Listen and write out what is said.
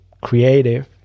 creative